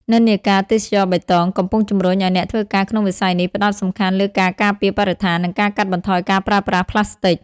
និន្នាការ "ទេសចរណ៍បៃតង" កំពុងជំរុញឱ្យអ្នកធ្វើការក្នុងវិស័យនេះផ្តោតសំខាន់លើការការពារបរិស្ថាន និងការកាត់បន្ថយការប្រើប្រាស់ផ្លាស្ទិក។